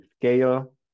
scale